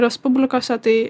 respublikose tai